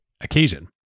occasion